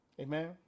Amen